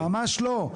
ממש לא.